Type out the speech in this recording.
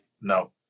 no